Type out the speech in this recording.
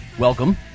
Welcome